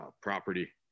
property